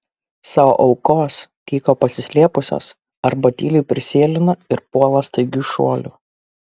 savo aukos tyko pasislėpusios arba tyliai prisėlina ir puola staigiu šuoliu